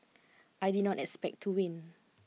I did not expect to win